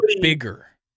bigger